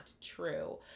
true